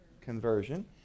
conversion